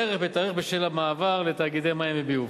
בשל המעבר לתאגידי מים וביוב.